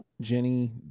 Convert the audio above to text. Jenny